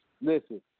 Listen